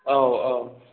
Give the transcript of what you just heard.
औ औ